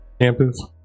campus